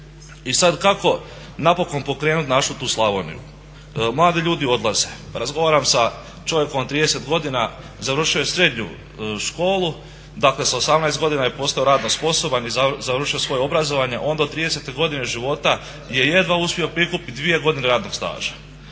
I sad kako napokon pokrenuti našu tu Slavoniju? Mladi ljudi odlaze. Razgovaram sa čovjekom od 30 godina, završio je srednju školu, dakle sa 18 godina je postao radno sposoban i završio svoje obrazovanje. On do 30 godina života je jedva uspio prikupiti 2 godine radnog staža.